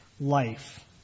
life